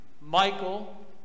Michael